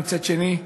ומצד שני,